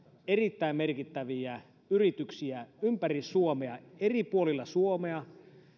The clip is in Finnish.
erittäin merkittäviä yrityksiä ympäri suomea eri puolilla suomea